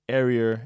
area